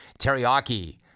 Teriyaki